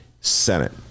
Senate